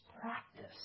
practice